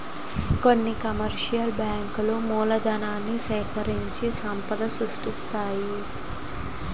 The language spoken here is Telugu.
కొన్ని కమర్షియల్ బ్యాంకులు మూలధనాన్ని సేకరించి సంపద సృష్టిస్తాయి